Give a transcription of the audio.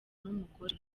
n’umugore